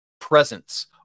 presence